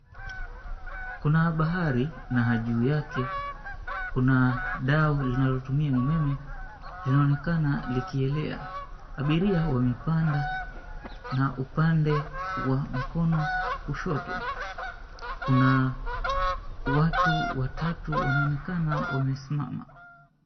Kuna bahari, na juu yake kuna dau linayotumia umeme. Linaonekana likielea, abiria wamepanda, na upande wa mkono wa kushoto kuna watu watatu wanaonekana wamesimama.